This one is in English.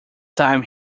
time